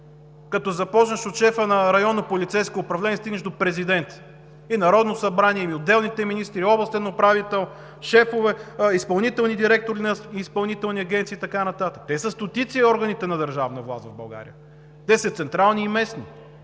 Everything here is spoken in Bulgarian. Като започнеш от шефа на районно полицейско управление и стигнеш до президента, Народно събрание, отделните министри, областен управител, шефове, изпълнителни директори на изпълнителни агенции и така нататък. Стотици са органите на държавна власт в България – те са централни и местни.